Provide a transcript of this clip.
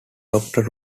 doctor